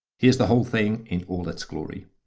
here's the whole thing in all its glory